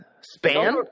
span